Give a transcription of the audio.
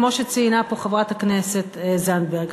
כפי שציינה פה חברת הכנסת זנדברג,